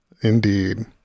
Indeed